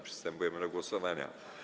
Przystępujemy do głosowania.